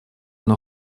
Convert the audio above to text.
оно